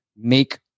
make